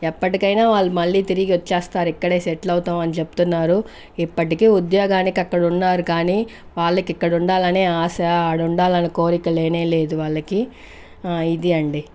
ఎప్పటికైనా ఆళ్ళు మళ్ళి తిరిగొచ్చేస్తారు ఇక్కడే సెట్లౌతారని చెప్తున్నారు ఇప్పటికీ ఉద్యోగానికి అక్కడ ఉన్నారు కానీ వాళ్ళకి ఇక్కడుండాలని ఆశ ఆడుండాలని కోరికే లెనే లేదు వాళ్ళకి ఇది అండి